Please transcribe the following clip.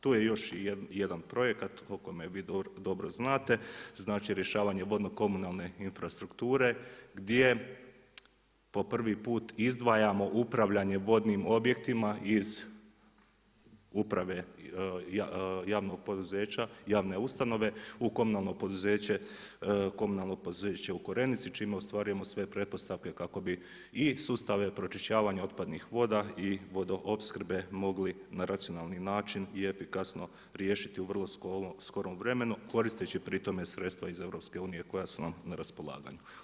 Tu je još i jedan projekat, o kojemu dobro znate, znači rješavanje vodno komunalne infrastrukture, gdje po prvi put izdvajamo upravljanje vodnim objektima iz uprave javnog poduzeća, javne ustanove u komunalno poduzeće, komunalno poduzeće u Korenici, čime ostvarujemo sve pretpostavke kako bi i sustave pročišćavanje otpadnih voda i vodoopskrbe mogli na racionalni način i efikasno riješiti u vrlo skorom vremenu koristeći pri tome sredstva iz EU koja su vam na raspolaganju.